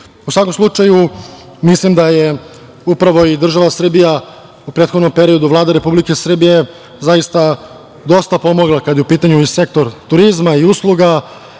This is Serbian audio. svakom slučaju, mislim da je upravo i država Srbija u prethodnom periodu, Vlada Republike Srbije zaista dosta pomogla kada je u pitanju i sektor turizma i usluga